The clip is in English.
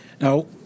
Now